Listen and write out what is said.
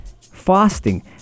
fasting